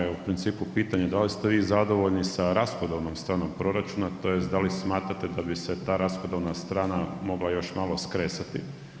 Moje je u principu pitanje da li ste vi zadovoljni sa rashodovnom stranom proračuna tj. da li smatrate da bi se ta rashodovna strana mogla još malo skresati.